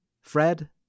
Fred